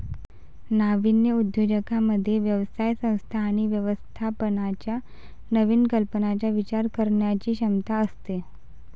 नाविन्यपूर्ण उद्योजकांमध्ये व्यवसाय संस्था आणि व्यवस्थापनाच्या नवीन कल्पनांचा विचार करण्याची क्षमता असते